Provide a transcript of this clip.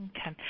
Okay